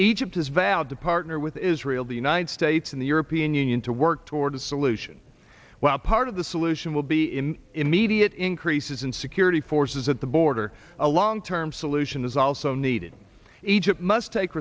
egypt has vowed to partner with israel the united states and the european union to work to the solution while part of the solution will be in immediate increases in security forces at the border a long term solution is also needed egypt must take